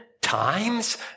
times